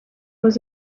was